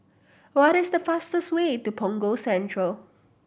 what is the fastest way to Punggol Central